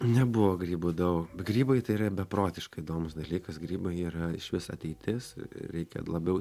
nebuvo grybų daug grybai tai yra beprotiškai įdomus dalykas grybai yra išvis ateitis reikia labiau